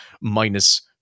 minus